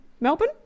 Melbourne